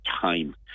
time